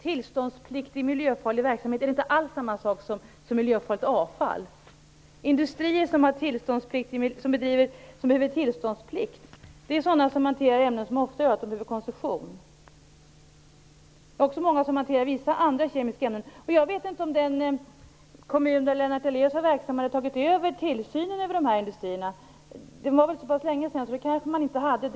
Tillståndspliktig miljöfarlig verksamhet är inte alls samma sak som miljöfarligt avfall. Industrier som kommer i fråga för tillståndsplikt är sådana som hanterar ämnen som ofta gör att de behöver koncession och även många industrier som hanterar vissa andra kemiska ämnen. Jag vet inte om den kommun där Lennart Daléus var verksam hade tagit över tillsynen över de här industrierna. Lennart Daléus var väl verksam där för så pass länge sedan att man då kanske inte hade gjort det.